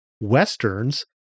Westerns